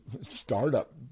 startup